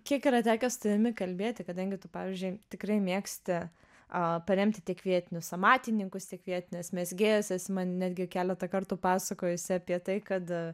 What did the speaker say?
kiek yra tekę su turime kalbėti kadangi tu pavyzdžiui tikrai mėgsti a paremti tiek vietinius amatininkus tik vietines mezgėjas esi man netgi keletą kartų pasakojusi apie tai kad